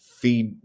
feed